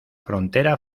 frontera